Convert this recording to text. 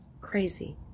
crazy